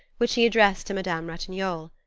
which he addressed to madame ratignolle.